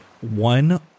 one